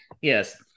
Yes